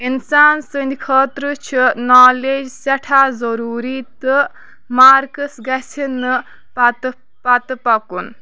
اِنسان سٕنٛد خٲطرٕ چھُ نالیج سٮ۪ٹھاہ ضروٗری تہٕ مارکٕس گژھِ نہٕ پَتہٕ پَتہٕ پَکُن